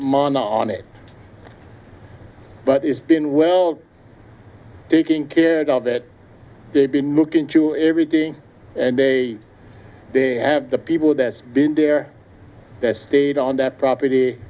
money on it but it's been well taken care of that they've been looking to everything and they they have the people that's been there that stayed on that property